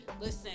listen